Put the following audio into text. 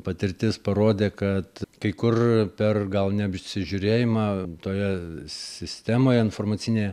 patirtis parodė kad kai kur per gal neapsižiūrėjimą toje sistemoje informacinėje